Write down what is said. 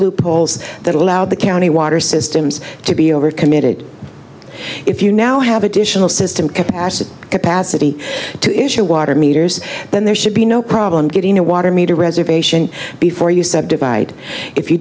loopholes that allow the county water systems to be overcommitted if you now have additional system capacity capacity to issue water meters then there should be no problem getting a water meter reservation before you subdivide if you